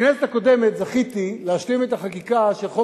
בכנסת הקודמת זכיתי להשלים את החקיקה של חוק